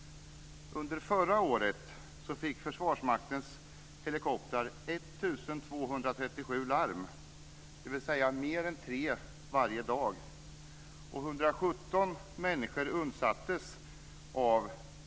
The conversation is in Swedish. Under förra året fick Försvarsmaktens helikoptrar 1 237 larm, dvs. mer än tre varje dag.